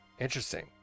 interesting